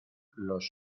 los